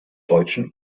deutschen